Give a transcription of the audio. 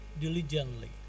diligently